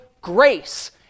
grace